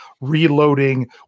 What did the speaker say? reloading